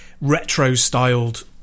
retro-styled